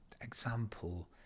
example